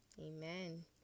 Amen